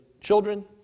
children